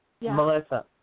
Melissa